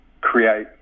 create